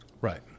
Right